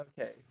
Okay